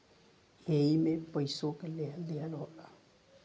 एईमे पइसवो के लेहल दीहल होला